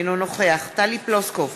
אינו נוכח טלי פלוסקוב,